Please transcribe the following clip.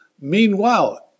Meanwhile